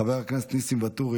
חבר הכנסת ניסים ואטורי,